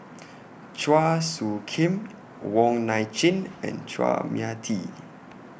Chua Soo Khim Wong Nai Chin and Chua Mia Tee